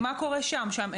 מה קורה שם?